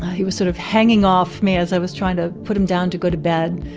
he was sort of hanging off me as i was trying to put him down to go to bed.